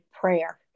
prayer